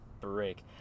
break